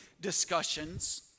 discussions